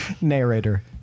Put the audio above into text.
narrator